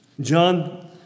John